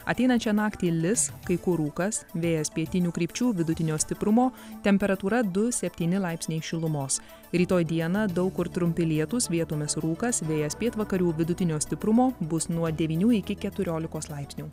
ateinančią naktį lis kai kur rūkas vėjas pietinių krypčių vidutinio stiprumo temperatūra du septyni laipsniai šilumos rytoj dieną daug kur trumpi lietūs vietomis rūkas vėjas pietvakarių vidutinio stiprumo bus nuo devynių iki keturiolikos laipsnių